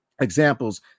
examples